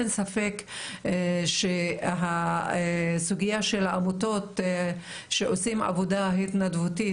אין ספק שהסוגיה של העמותות שעושות עבודה התנדבותית,